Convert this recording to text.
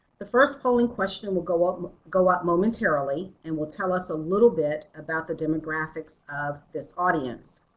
the first polling question and will go up go up momentarily and will tell us a little bit about the demographics of this audience.